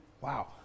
Wow